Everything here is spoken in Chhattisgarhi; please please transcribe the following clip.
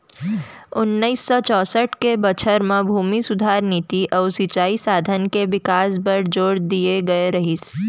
ओन्नाइस सौ चैंसठ के बछर म भूमि सुधार नीति अउ सिंचई साधन के बिकास बर जोर दिए गए रहिस